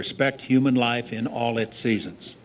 respect human life in all its seasons